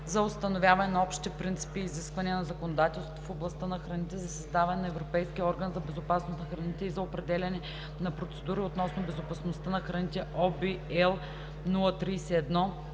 за установяване на общите принципи и изисквания на законодателството в областта на храните, за създаване на Европейски орган за безопасност на храните и за определяне на процедури относно безопасността на храните (ОВ, L